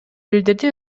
билдирди